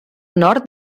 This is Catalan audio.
nord